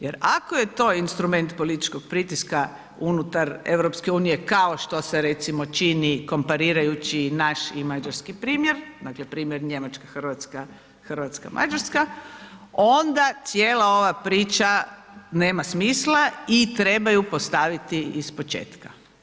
Jer ako je to instrument političkog pritiska unutar EU kao što se recimo čini komparirajući naš i Mađarski primjer, dakle primjer Njemačka – Hrvatska, Hrvatska – Mađarska, onda cijela ova priča nema smisla i treba ju postaviti iz početka.